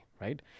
right